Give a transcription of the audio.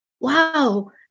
Wow